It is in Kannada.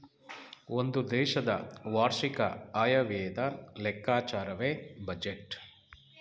ಒಂದು ದೇಶದ ವಾರ್ಷಿಕ ಆಯವ್ಯಯದ ಲೆಕ್ಕಾಚಾರವೇ ಬಜೆಟ್